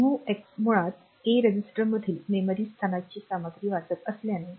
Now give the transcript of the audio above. MOVX मुळात A register मधील memory स्थानाची सामग्री वाचत असल्याने